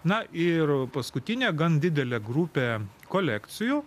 na ir paskutinė gan didelė grupė kolekcijų